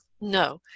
no